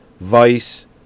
Vice